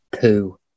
poo